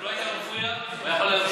אם לא היית מפריע, הוא היה יכול להמשיך.